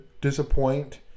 disappoint